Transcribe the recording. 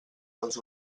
dels